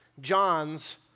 John's